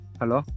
Hello